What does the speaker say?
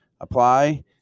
apply